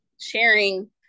sharing